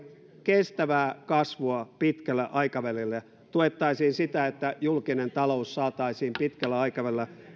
kestävää kasvua pitkällä aikavälillä tuettaisiin sitä että julkinen talous saataisiin pitkällä aikavälillä